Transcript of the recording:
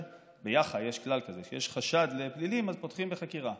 ביאח"ה יש כלל כזה: כשיש חשד לפלילים אז פותחים בחקירה.